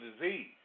disease